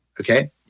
okay